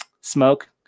smoke